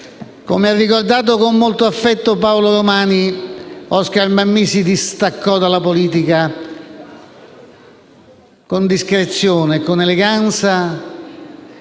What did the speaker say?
Come ha ricordato con molto affetto Paolo Romani, Oscar Mammì si distaccò dalla politica con discrezione, con eleganza,